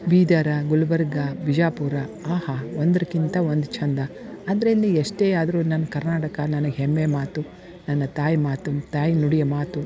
ಬೀದರ ಗುಲ್ಬರ್ಗ ಬಿಜಾಪುರ ಆಹಾ ಒಂದಕ್ಕಿಂತ ಒಂದು ಚಂದ ಆದ್ದರಿಂದ ಎಷ್ಟೇ ಆದರೂ ನನ್ನ ಕರ್ನಾಟಕ ನನಗೆ ಹೆಮ್ಮೆ ಮಾತು ನನ್ನ ತಾಯಿ ಮಾತು ತಾಯಿ ನುಡಿಯ ಮಾತು